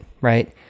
right—